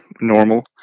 normal